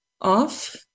off